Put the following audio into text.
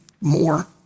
more